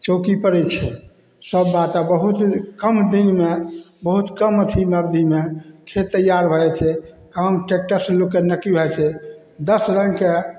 चौकी पड़ै छै सब बात आब बहुत कम दिनमे बहुत कम अथीमे अवधिमे खेत तैआर भऽ जाइ छै काम ट्रैकटरसँ लोकके नकी भऽ जाइ छै दस रङ्गके